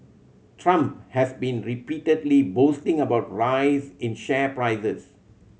trump has been repeatedly boasting about rise in share prices